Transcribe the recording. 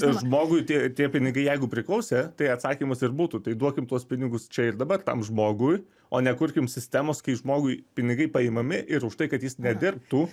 žmogui tie tie pinigai jeigu priklausė tai atsakymas ir būtų tai duokim tuos pinigus čia ir dabar tam žmogui o ne kurkim sistemas kai žmogui pinigai paimami ir už tai kad jis nedirbtų